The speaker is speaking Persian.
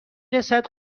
رسد